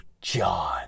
John